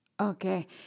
Okay